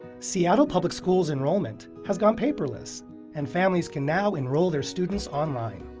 seattle public schools enrollment has gone paperless and families can now enroll their students online.